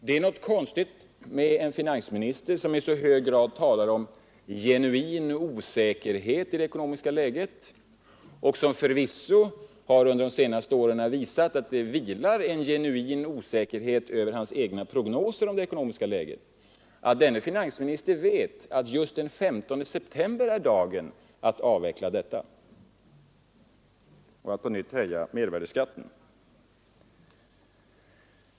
Det är något konstigt med en finansminister, som i så hög grad talar om ”genuin osäkerhet” i det ekonomiska läget och som förvisso under de senaste åren visat att det vilar en genuin osäkerhet över hans egna prognoser om det ekonomiska läget men som ändå vet att just den 15 september är dagen för att avveckla momssänkningen och på nytt höja mervärdeskatten.